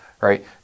right